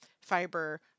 fiber